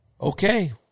okay